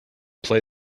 play